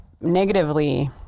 negatively